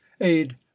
aid